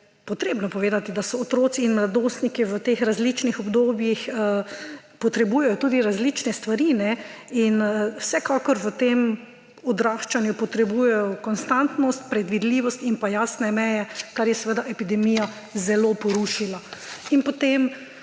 potrebno povedati, da otroci in mladostniki v teh različnih obdobjih potrebujejo tudi različne stvari. In vsekakor v tem odraščanju potrebujejo konstantnost, predvidljivost in pa jasne meje, kar je seveda epidemija zelo porušila. Zato